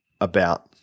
about-